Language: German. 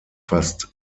fast